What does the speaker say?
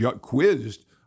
quizzed